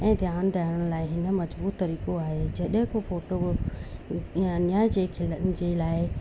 ऐं ध्यानु धरण लाइ हिन मजबूत तरीक़ो आहे जॾहिं को फोटो वो या अन्याय जे खिलनि जे लाइ